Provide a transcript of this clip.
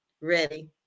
ready